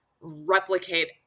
replicate